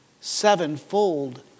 sevenfold